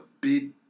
big